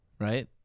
Right